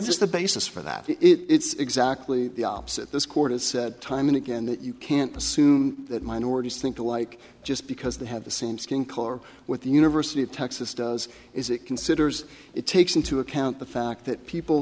just the basis for that it's exactly the opposite this court has said time and again that you can't assume that minorities think alike just because they have the same skin color with the university of texas does is it considers it takes into account the fact that people